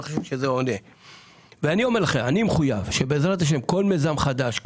אני אומר לכם שאני מחויב שבעזרת השם כל מיזם חדש,